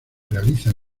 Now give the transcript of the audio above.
realiza